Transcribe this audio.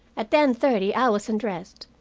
at ten-thirty i was undressed,